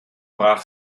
brach